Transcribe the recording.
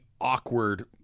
awkward